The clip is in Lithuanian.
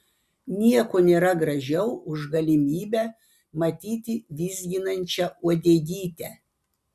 nieko nėra gražiau už galimybę matyti vizginančią uodegytę